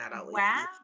Wow